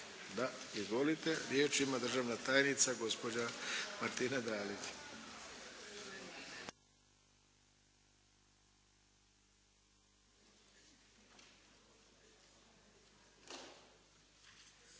Da. Izvolite. Riječ ima državna tajnica, gospođa Martina Dalić. **Dalić,